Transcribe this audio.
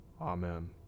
Amen